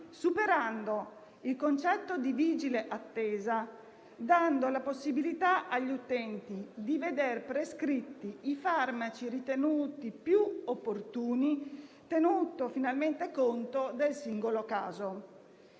superando il concetto di vigile attesa e dando la possibilità agli utenti di vedere prescritti i farmaci ritenuti più opportuni, tenuto finalmente conto del singolo caso.